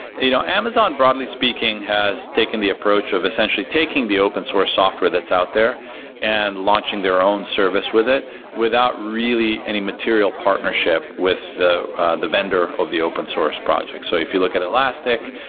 you know amazon, broadly speaking, has taken the approach of essentially taking the open source software that's out there and launching their own service with it without really any material partnership the the vendor of the open source project. so if you look at elastic,